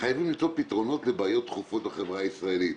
וחייבים למצוא פתרונות לבעיות דחופות בחברה הישראלית.